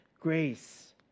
grace